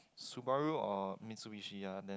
Subaru or Mitsubishi ya then